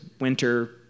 winter